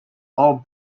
all